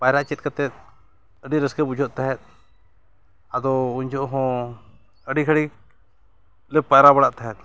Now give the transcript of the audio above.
ᱯᱟᱭᱨᱟᱜ ᱪᱮᱫ ᱠᱟᱛᱮᱫ ᱟᱹᱰᱤ ᱨᱟᱹᱥᱠᱟᱹ ᱵᱩᱡᱷᱟᱹᱜ ᱛᱟᱦᱮᱸᱫ ᱟᱫᱚ ᱩᱱ ᱡᱚᱠᱷᱮᱡ ᱦᱚᱸ ᱟᱹᱰᱤ ᱜᱷᱟᱹᱲᱤᱡ ᱞᱮ ᱯᱟᱭᱨᱟ ᱵᱟᱲᱟᱜ ᱛᱟᱦᱮᱸᱫ